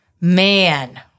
Man